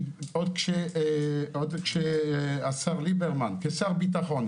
עוד כשהשר ליברמן כשר ביטחון,